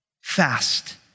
fast